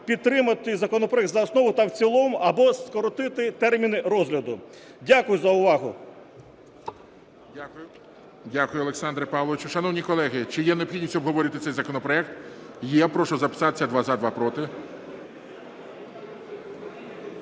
підтримати законопроект за основу та в цілому або скоротити терміни розгляду. Дякую за увагу.